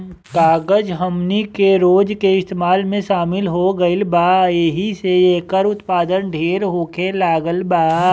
कागज हमनी के रोज के इस्तेमाल में शामिल हो गईल बा एहि से एकर उत्पाद ढेर होखे लागल बा